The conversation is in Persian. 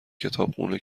کتابخونه